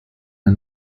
der